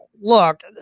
Look